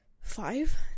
five